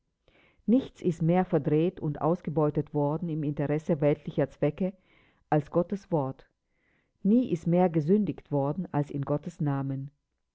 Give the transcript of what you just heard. nichts ist mehr verdreht und ausgebeutet worden im interesse weltlicher zwecke als gottes wort nie ist mehr gesündigt worden als in gottes namen